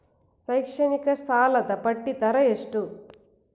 ಶೈಕ್ಷಣಿಕ ಸಾಲದ ಬಡ್ಡಿ ದರ ಎಷ್ಟು?